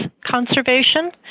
conservation